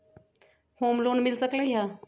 Home loan मिल सकलइ ह?